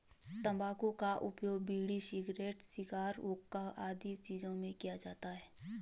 तंबाकू का उपयोग बीड़ी, सिगरेट, शिगार, हुक्का आदि चीजों में किया जाता है